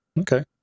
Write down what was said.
Okay